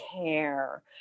care